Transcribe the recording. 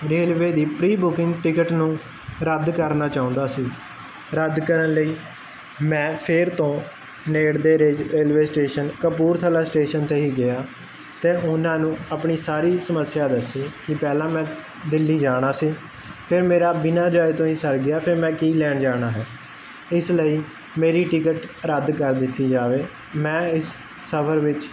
railway ਦੀ pre booking ticket ਨੂੰ ਰੱਦ ਕਰਨਾ ਚਾਹੁੰਦਾ ਸੀ ਰੱਦ ਕਰਨ ਲਈ ਮੈਂ ਫਿਰ ਤੋਂ ਨੇੜ ਦੇ ਰੇਲਵੇ ਸਟੇਸ਼ਨ ਕਪੂਰਥਲਾ ਸਟੇਸ਼ਨ ਤੇ ਹੀ ਗਿਆ ਤੇ ਉਹਨਾਂ ਨੂੰ ਆਪਣੀ ਸਾਰੀ ਸਮੱਸਿਆ ਦੱਸੀ ਕਿ ਪਹਿਲਾਂ ਮੈਂ ਦਿੱਲੀ ਜਾਣਾ ਸੀ ਫਿਰ ਮੇਰਾ ਬਿਨਾਂ ਜਾਏ ਤੋਂ ਹੀ ਸਰ ਗਿਆ ਫਿਰ ਮੈਂ ਕੀ ਲੈਣ ਜਾਣਾ ਹੈ ਇਸ ਲਈ ਮੇਰੀ ਟਿਕਟ ਰੱਦ ਕਰ ਦਿੱਤੀ ਜਾਵੇ ਮੈਂ ਇਸ ਸਫਰ ਵਿੱਚ